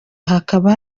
hakaba